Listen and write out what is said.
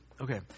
Okay